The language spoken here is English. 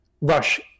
Rush